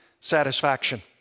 satisfaction